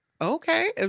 Okay